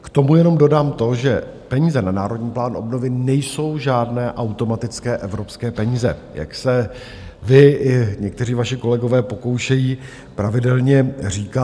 K tomu jenom dodám to, že peníze na Národní plán obnovy nejsou žádné automatické evropské peníze, jak se vy i někteří vaši kolegové pokoušejí pravidelně říkat.